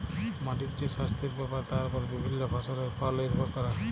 মাটির যে সাস্থের ব্যাপার তার ওপর বিভিল্য ফসলের ফল লির্ভর ক্যরে